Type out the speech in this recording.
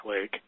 Lake